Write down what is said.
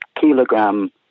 kilogram